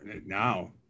now